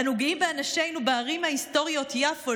אנו גאים באנשינו בערים ההיסטוריות יפו,